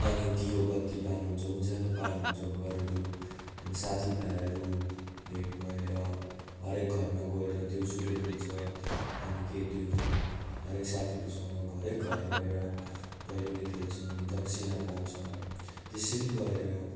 अनि दियो बत्ती बाल्नुहुन्छ उज्यालो पार्नुहुन्छ घरहरू त्यहाँदेखि साथीभाइहरू भेट भएर हरेक घरमा गएर देउसुरे खेल्छ अनि केटीहरू पनि हरेक साथीहरूसँग हरेक घर गएर भैलेनी खेल्छ अनि दक्षिणा पाउँछ त्यसरी गरेर